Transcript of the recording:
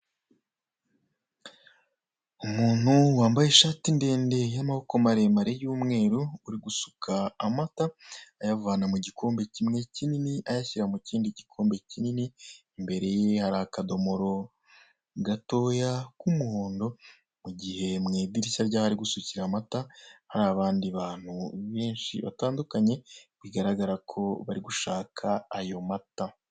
umuntu wambaye ishati ndende y'amaboko maremare y'umweru ari gusuka amata ayavana mu gikombe kimwe kinini ayashyira mu kindi gikombe kinini , imbere ye hari akadomoro gatoya k'umuhondo mu gihe mu idirishya ryaho ari gusukiramo amata hari abandi abantu benshi batandukanye bigaragara ko bari gushaka ayo mata .